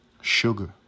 sugar